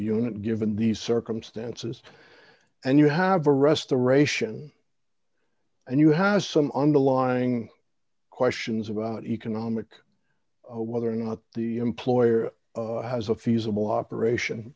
unit given these circumstances and you have a restoration and you has some underlying questions about economic whether or not the employer has a feasible operation